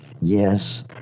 Yes